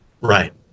Right